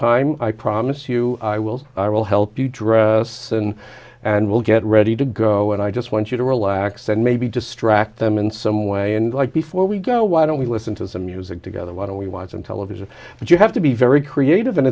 time i promise you i will i will help you dress and we'll get ready to go and i just want you to relax and maybe distract them in some way and like before we go why don't we listen to music together why don't we watch on television but you have to be very creative and